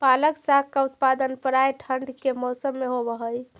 पालक साग का उत्पादन प्रायः ठंड के मौसम में होव हई